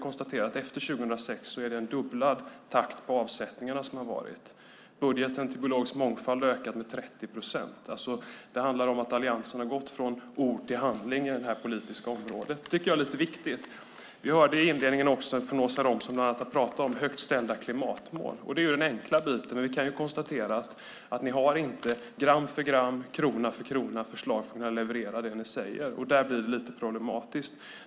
Efter 2006 har det varit en fördubblad takt på avsättningarna. Budgeten till biologisk mångfald har ökat med 30 procent. Det handlar om att Alliansen har gått från ord till handling på detta politiska område, vilket är viktigt. Vi hörde Åsa Romson tala om högt ställda klimatmål. Det är den enkla biten. Ni har dock inte förslag på hur ni gram för gram och krona för krona ska leverera det ni säger. Där blir det problematiskt.